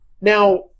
Now